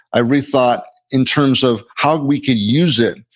i rethought in terms of how we could use it,